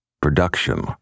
production